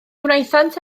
wnaethant